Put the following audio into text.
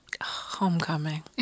homecoming